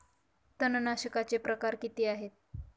तणनाशकाचे प्रकार किती आहेत?